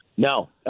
No